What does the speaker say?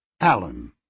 Alan